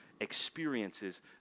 experiences